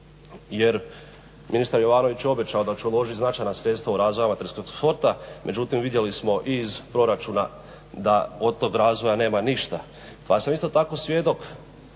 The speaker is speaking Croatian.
jer ministar Jovanović je obećao da će uložiti značajna sredstva u razvoj amaterskog sporta, međutim vidjeli smo iz proračuna da od tog razvoja nema ništa. Pa sam isto tako svjedok